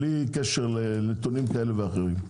בלי קשר לנתונים כאלה ואחרים.